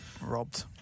robbed